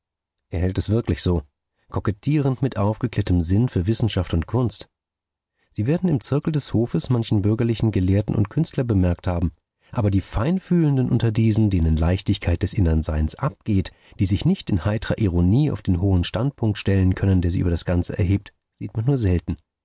er hält es wirklich so kokettierend mit aufgeklärtem sinn für wissenschaft und kunst sie werden im zirkel des hofes manchen bürgerlichen gelehrten und künstler bemerkt haben aber die feinfühlenden unter diesen denen leichtigkeit des innern seins abgeht die sich nicht in heitrer ironie auf den hohen standpunkt stellen können der sie über das ganze erhebt sieht man nur selten